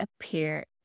appear